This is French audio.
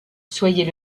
soyez